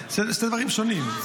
אלה שני דברים שונים.